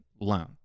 loan